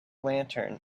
lantern